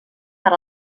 per